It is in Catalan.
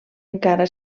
encara